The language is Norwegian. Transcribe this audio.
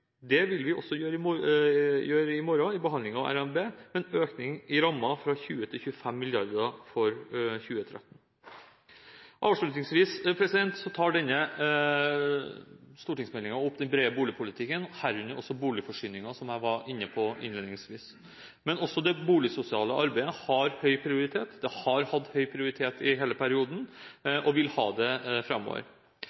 Det vil vi også gjøre i forbindelse med behandlingen av revidert nasjonalbudsjett i morgen – en økning i rammen fra 20 mrd. kr til 25 mrd. kr for 2013. Avslutningsvis: Denne stortingsmeldingen tar opp den brede boligpolitikken, herunder også boligforsyningen, som jeg var inne på innledningsvis. Men også det boligsosiale arbeidet har høy prioritet, det har hatt høy prioritet i hele perioden